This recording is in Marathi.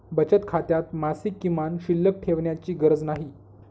बचत खात्यात मासिक किमान शिल्लक ठेवण्याची गरज नाही